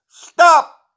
Stop